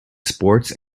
sports